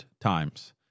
times